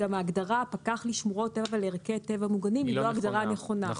גם ההגדרה "פקח לשמורות טבע ולערכי טבע מוגנים" היא לא הגדרה נכונה.